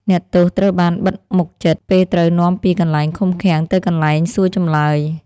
អ្នកទោសត្រូវបានបិទមុខជិត ពេលត្រូវនាំពីកន្លែងឃុំឃាំងទៅកន្លែងសួរចម្លើយ ។